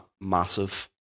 massive